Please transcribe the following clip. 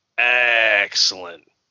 excellent